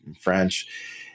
French